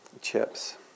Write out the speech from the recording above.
chips